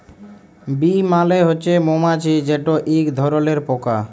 bee মালে হছে মমাছি যেট ইক ধরলের পকা